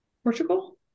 Portugal